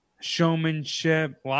showmanship